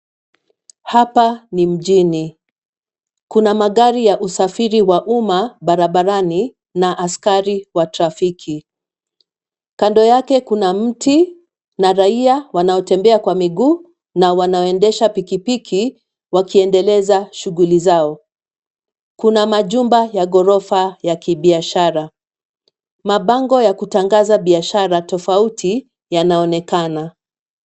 Hapa ni mjini, kuna magari ya usafiri wa umma barabarani na askari wa trafiki, kando yake kuna mti, na raia wanaotembea kwa miguu, na wanaoendesha pikipiki, wakiendeleza shughuli zao, kuna majumba ya ghorofa ya kibiashara, mabango ya kutangaza biashara tofauti, yanaonekana.